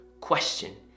question